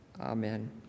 amen